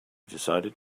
decided